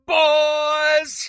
boys